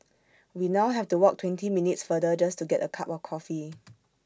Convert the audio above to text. we now have to walk twenty minutes farther just to get A cup of coffee